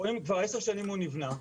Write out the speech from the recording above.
וכבר 10 שנים הוא נבנה,